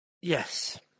Yes